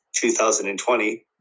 2020